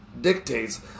dictates